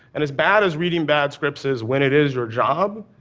and as bad as reading bad scripts is when it is your job,